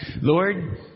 Lord